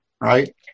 Right